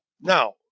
Now